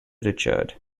richard